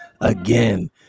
again